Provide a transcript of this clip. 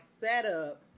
setup